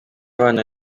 abana